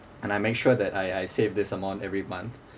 and I make sure that I I save this amount every month